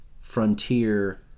frontier